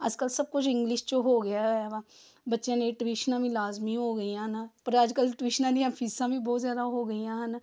ਅੱਜ ਕੱਲ੍ਹ ਸਭ ਕੁਝ ਇੰਗਲਿਸ਼ ਜੋ ਹੋ ਗਿਆ ਹੋਇਆ ਵਾ ਬੱਚਿਆਂ ਦੀਆਂ ਟਿਊਸ਼ਨਾਂ ਵੀ ਲਾਜ਼ਮੀ ਹੋ ਗਈਆ ਨਾ ਪਰ ਅੱਜ ਕੱਲ੍ਹ ਟਿਊਸ਼ਨਾਂ ਦੀਆਂ ਫੀਸਾਂ ਵੀ ਬਹੁਤ ਜ਼ਿਆਦਾ ਹੋ ਗਈਆਂ ਹਨ